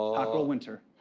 ah hot girl winter.